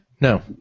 No